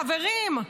חברים?